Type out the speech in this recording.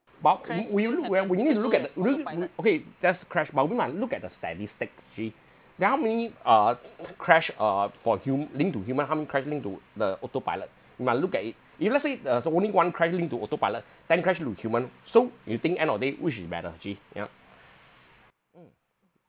but we we when we need to look at the real mm okay just crash but we might look at the statistics actually tell me uh crash uh for hum~ linked to human how many crash linked to the autopilot we might look at it if let's say there's only one crash linked to autopilot ten crash linked to human so you think end of day which is better actually yeah